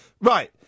Right